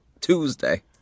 Tuesday